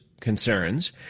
concerns